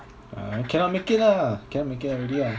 ah cannot make it ah cannot make it already ah